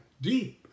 deep